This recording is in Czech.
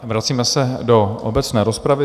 Vracíme se do obecné rozpravy.